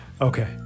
okay